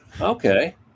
Okay